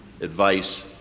advice